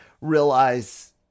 Realize